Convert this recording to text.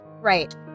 Right